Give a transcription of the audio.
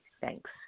Thanks